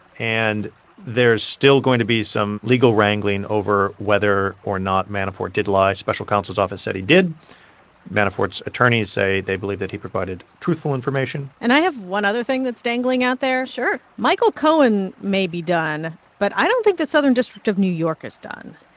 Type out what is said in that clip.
and there is still going to be some legal wrangling over whether or not manafort did lie. special counsel's office said he did manafort's attorneys say they believe that he provided truthful information and i have one other thing that's dangling out there sure michael cohen may be done, but i don't think the southern district of new york is done.